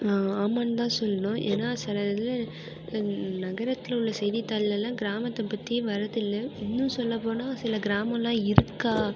நான் ஆமான்னு தான் சொல்லாம் ஏன்னா சில இது என் நகரத்தில் உள்ள செய்தித்தாள்லலாம் கிராமத்தை பற்றி வரதில்லை இன்னும் சொல்ல போனா சில கிராமம்லாம் இருக்கா